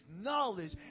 knowledge